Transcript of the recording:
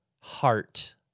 heart